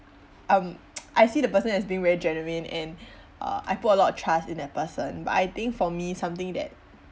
um I see the person as being very genuine and uh I put a lot of trust in that person but I think for me something that